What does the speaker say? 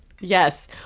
yes